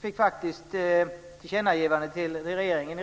fick faktiskt till stånd ett tillkännagivande till regeringen.